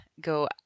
Go